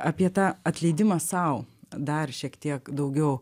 apie tą atleidimą sau dar šiek tiek daugiau